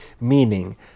meaning